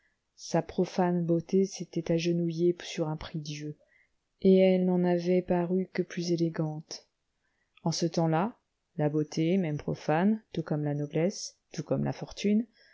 sa profane beauté s'était agenouillée sur un prie-dieu et elle n'en avait paru que plus élégante en ce temps-là la beauté même profane tout comme la noblesse tout comme la fortune